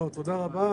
תודה רבה.